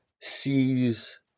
sees